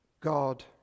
God